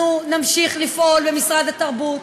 אנחנו נמשיך לפעול במשרד התרבות